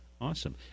Awesome